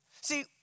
See